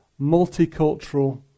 multicultural